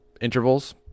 intervals